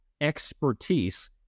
expertise